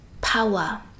power